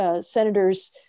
senators